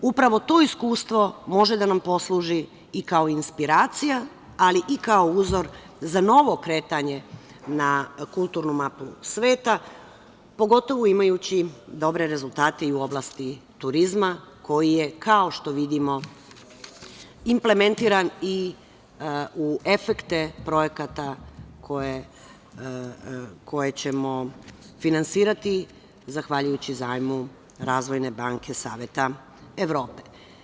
Upravo to iskustvo može da nam posluži i kao inspiracija, ali i kao uzor za novo kretanje na kulturnu mapu sveta, pogotovo imajući dobre rezultate i u oblasti turizma koji je, kao što vidimo, implementiran i u efekte projekata koje ćemo finansirati zahvaljujući zajmu Razvojne banke Saveta Evrope.